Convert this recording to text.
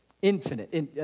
Infinite